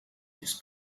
this